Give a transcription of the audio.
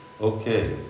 okay